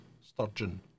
Sturgeon